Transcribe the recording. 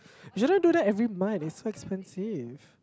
you don't do that every month it's so expensive